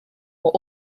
were